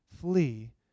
flee